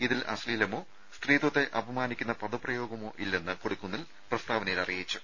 ഇതിൽ അശ്ലീലമോ സ്ത്രീത്വത്തെ അപമാനിക്കുന്ന പദപ്രയോഗമോ ഇല്ലെന്ന് കൊടിക്കുന്നിൽ പ്രസ്താവനയിൽ അറിയിച്ചു